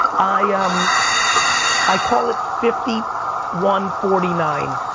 i um i call it fifty one forty nine,